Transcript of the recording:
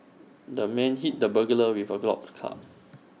the man hit the burglar with A golf club